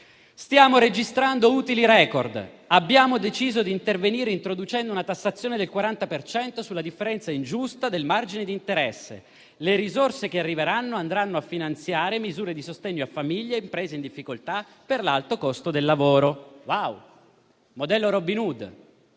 «Stiamo registrando utili record. Abbiamo deciso di intervenire introducendo una tassazione del 40 per cento sulla differenza ingiusta del margine di interesse. Le risorse che arriveranno andranno a finanziare misure di sostegno a famiglie e imprese in difficoltà per l'alto costo del lavoro». Wow, modello Robin Hood: